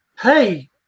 Hey